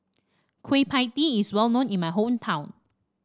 Kueh Pie Tee is well known in my hometown